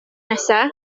nesaf